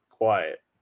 Quiet